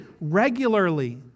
regularly